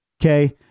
okay